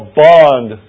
bond